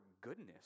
goodness